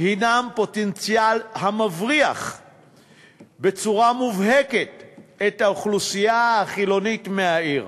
הנם פוטנציאל המבריח בצורה מובהקת את האוכלוסייה החילונית מהעיר.